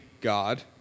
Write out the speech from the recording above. God